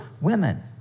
women